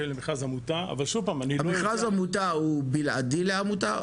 מכרז עמותה הוא בלעדי לעמותה?